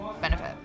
benefit